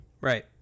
Right